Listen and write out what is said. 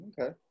Okay